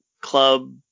Club